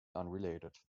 unrelated